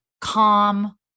calm